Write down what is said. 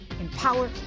empower